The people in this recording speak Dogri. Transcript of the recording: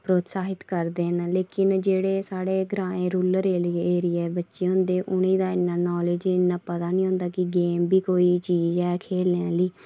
प्रोत्साहित करदे न लेकिन जेह्ड़़े साढ़े ग्रांऽ रूरल एरिए दे बच्चे होंदे उ'नेंगी इन्ना नॉलेज इन्ना पता नी होंदा कि गेम बी कोई चीज ऐ खेलने आह्ली